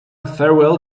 farewell